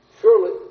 Surely